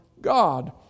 God